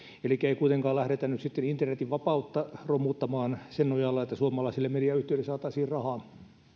elikkä ei kuitenkaan lähdetä nyt sitten internetin vapautta romuttamaan sen nojalla että suomalaisille mediayhtiöille saataisiin rahaa